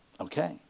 Okay